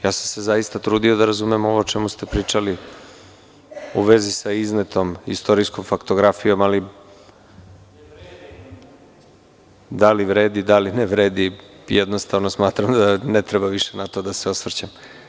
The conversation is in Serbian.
Ja sam se zaista trudio da razumem ovo o čemu ste pričali u vezi sa iznetom istorijskom faktografijom, ali da li vredi, da li ne vredi, jednostavno smatram da ne treba više na to da se osvrćemo.